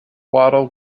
wattle